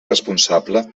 responsable